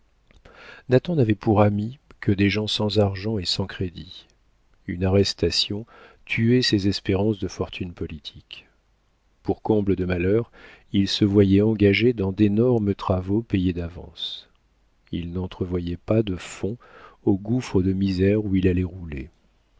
nathan n'avait pour amis que des gens sans argent et sans crédit une arrestation tuait ses espérances de fortune politique pour comble de malheur il se voyait engagé dans d'énormes travaux payés d'avance il n'entrevoyait pas de fond au gouffre de misère où il allait rouler